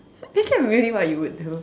is that really what you would do